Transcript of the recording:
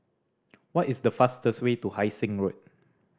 what is the fastest way to Hai Sing Road